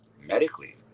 medically